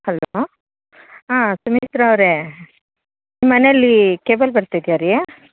hello ಆಂ ಸುಮಿತ್ರ ಅವರೇ ನಿಮ್ಮ ಮನೇಲ್ಲಿ ಕೇಬಲ್ ಬರ್ತಿದೆಯಾ ರೀ